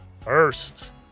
first